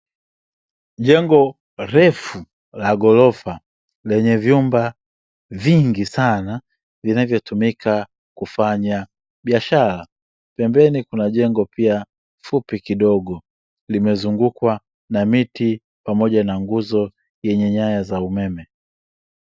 Jengo refu la ghorofa, lenye vyumba vingi sana vinavyotumika kufanya biashara, pembeni kuna jengo pia fupi kidogo, limezungukwa na miti pamoja na nguzo yenye nyaya za umeme.